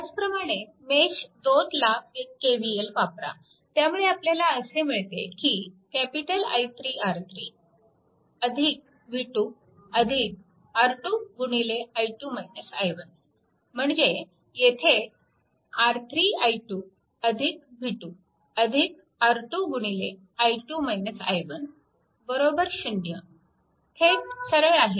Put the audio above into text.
त्याचप्रमाणे मेश 2 ला KVL वापरा त्यामुळे आपल्याला असे मिळते की I3 R3 v2 R 2 म्हणजे येथे R3 i2 v2 R2 0 थेट सरळ आहे